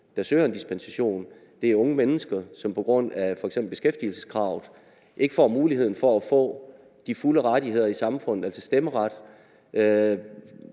der søger en dispensation, er unge mennesker, som på grund af f.eks. beskæftigelseskravet ikke får muligheden for at få de fulde rettigheder i samfundet, altså stemmeret,